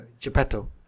Geppetto